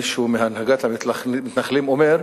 מישהו מהנהגת המתנחלים אומר: